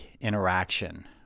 interaction